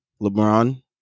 LeBron